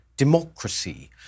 democracy